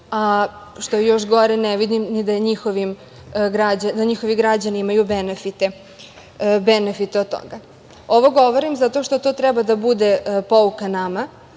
a što je još gore, ne vidim ni da njihovi građani imaju benefite od toga. Ovo govorim zato što to treba da bude pouka nama,